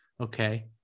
Okay